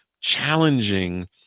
challenging